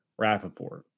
Rappaport